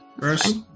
First